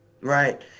Right